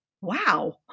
wow